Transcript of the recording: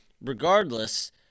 regardless